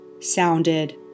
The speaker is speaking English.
sounded